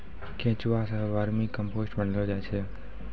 केंचुआ सें vermicompost बनैलो जाय छै